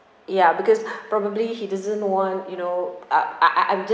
ya because probably he doesn't want you know uh I I'm just